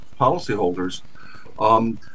policyholders